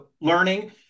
learning